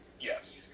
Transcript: Yes